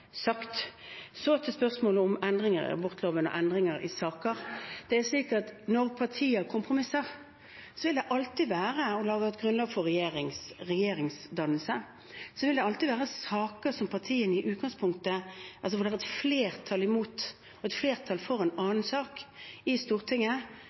sagt. Så til spørsmålet om endringer i abortloven og endringer i saker. Når partier kompromisser og lager et grunnlag for regjeringsdannelse, vil det alltid være saker hvor det er et flertall mot eller for en annen sak i Stortinget, men hvor man altså får til løsningene i kompromisser. Det mest slående er